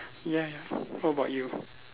ya ya what about you